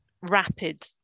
rapid